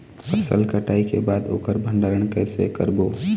फसल कटाई के बाद ओकर भंडारण कइसे करबो?